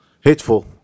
Hateful